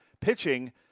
pitching –